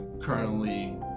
currently